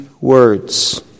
words